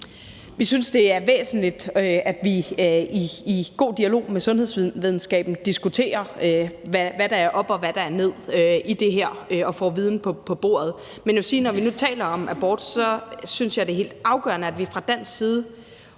Vi synes, det er væsentligt, at vi i en god dialog med sundhedsvidenskaben diskuterer, hvad der er op og hvad der er ned i det her, og at vi får viden på bordet. Men jeg vil sige, at når vi nu taler om abort, synes jeg, det er helt afgørende, at vi fra dansk side